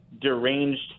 deranged